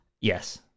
yes